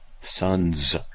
Sons